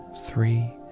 three